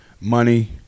Money